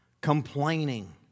complaining